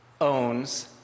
owns